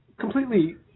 completely